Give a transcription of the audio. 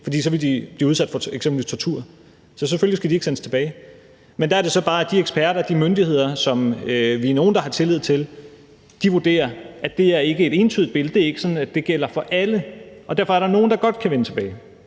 fordi de så ville blive udsat for f.eks. tortur. Så selvfølgelig skal de ikke sendes tilbage. Men der er det så bare, at de eksperter og de myndigheder, som vi er nogle, der har tillid til, vurderer, at det ikke er et entydigt billede, det er ikke sådan, at det gælder for alle, og derfor er der nogle, der godt kan vende tilbage,